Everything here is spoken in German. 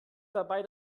dabei